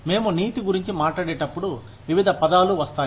మేము నీతి గురించి మాట్లాడేటప్పుడు వివిధ పదాలు వస్తాయి